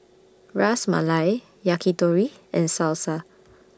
Ras Malai Yakitori and Salsa